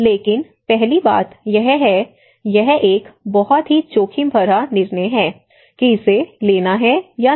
लेकिन पहली बात यह है यह एक बहुत ही जोखिम भरा निर्णय है कि इसे लेना है या नहीं